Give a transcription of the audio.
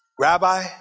Rabbi